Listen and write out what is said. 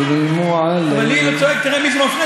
חברי הכנסת.